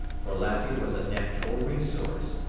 for lappy was a natural resource,